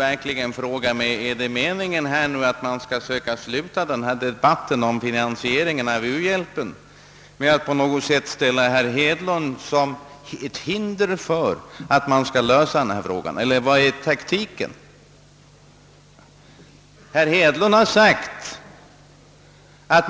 Är det meningen att man skall försöka sluta denna debatt om finansieringen av u-hjälpen med att ställa upp herr Hedlund som ett hinder för frågans lösning, eller vad är taktiken? Herr Hedlund har sagt att